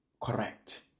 correct